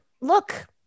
look